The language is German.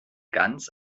ganz